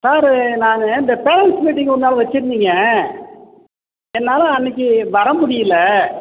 sir நான் இந்த parents meeting ஒரு நாள் வச்சுருந்தீங்க என்னால் அன்னைக்கு வர முடியல